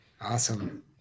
awesome